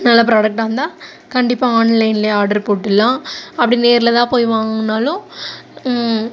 நல்ல ப்ராடக்ட்டாக இருந்தால் கண்டிப்பாக ஆன்லைனிலே ஆடர் போட்டுடலாம் அப்படி நேரில்தான் போய் வாங்கணுன்னாலும்